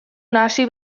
nahasi